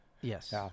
Yes